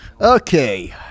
Okay